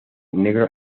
negro